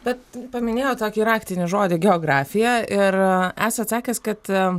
bet paminėjot tokį raktinį žodį geografija ir esat sakęs kad